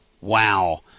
Wow